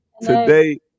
Today